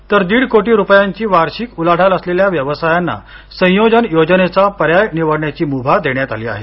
तर दीड कोटी रुपयांची वार्षिक उलाढाल असलेल्या व्यवसायांना संयोजन योजनेचा पर्याय निवडण्याची मुभा देण्यात आली आहे